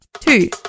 Two